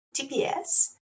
TPS